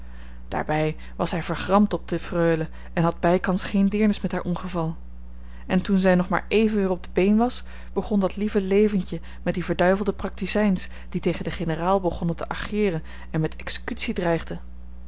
daarbij was hij vergramd op de freule en had bijkans geen deernis met haar ongeval en toen zij nog maar even weer op de been was begon dat lieve leventje met die verduivelde practizijns die tegen den generaal begonnen te ageeren en met executie dreigden